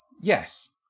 Yes